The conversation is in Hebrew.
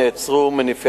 למשל,